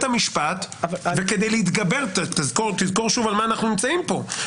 המשפט -- אבל --- תזכור שוב על מה אנחנו נמצאים פה.